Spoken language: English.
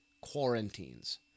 quarantines